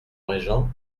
régent